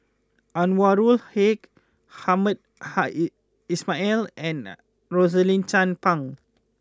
Anwarul Haque Hamed hi Ismail and Rosaline Chan Pang